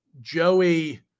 Joey